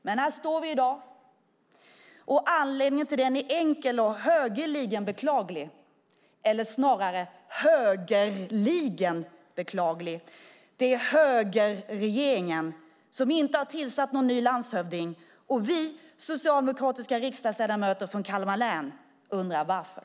Men här står vi i dag, och anledningen till det är enkel och högeligen beklaglig, eller snarare högerligen beklaglig. Det är högerregeringen som inte har tillsatt någon ny landshövding, och vi socialdemokratiska riksdagsledamöter från Kalmar län undrar varför.